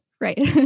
right